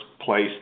place